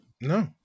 No